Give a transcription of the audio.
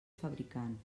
fabricant